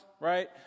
right